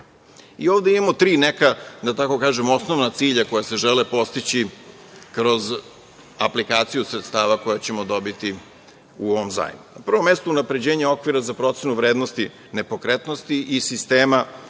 I ovde imamo tri neka, da tako kažem, osnovna cilja koja se žele postići kroz aplikaciju sredstava koja ćemo dobiti u ovom zajmu. Na prvom mestu je unapređenje okvira za procenu vrednosti nepokretnosti i sistema za